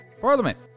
Parliament